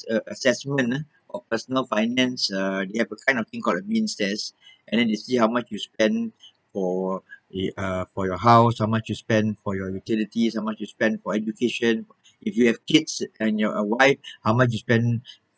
assessment ah of personal finance uh they have a kind of think called a means test and the they see how much you spend for uh for your house how much you spend for your utilities how much you spend for education if you have kids and you're a wife how much you spend